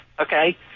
okay